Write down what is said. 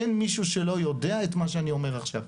אין מישהו שלא יודע את מה שאני אומר עכשיו.